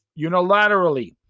unilaterally